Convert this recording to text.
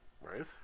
Right